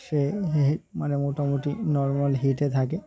সে হে মানে মোটামুটি নর্মাল হিটে থাকে